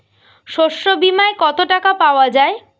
শস্য বিমায় কত টাকা পাওয়া যায়?